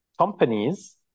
companies